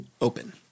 open